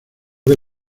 que